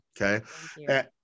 Okay